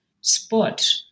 spot